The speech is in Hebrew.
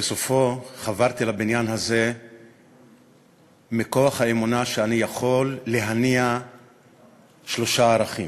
בסוף חברתי לבניין הזה מכוח האמונה שאני יכול להניע שלושה ערכים: